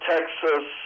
Texas